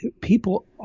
people